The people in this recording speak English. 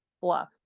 bluff